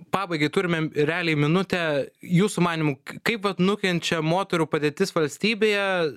pabaigai turime realiai minutę jūsų manymu kaip vat nukenčia moterų padėtis valstybėje